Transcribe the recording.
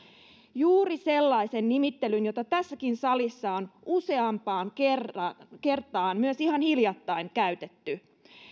juuri sellaisen nimittelyn jota tässäkin salissa on useampaan kertaan kertaan myös ihan hiljattain käytetty